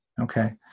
Okay